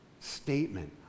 Statement